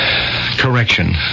Correction